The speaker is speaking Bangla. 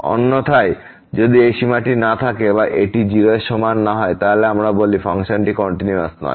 অন্যথায় যদি এই সীমাটি না থাকে বা এটি 0 এর সমান না হয় তাহলে আমরা বলি ফাংশনটি কন্টিনিউয়াস নয়